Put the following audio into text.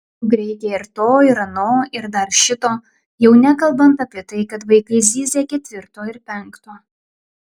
juk reikia ir to ir ano ir dar šito jau nekalbant apie tai kad vaikai zyzia ketvirto ir penkto